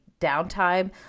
downtime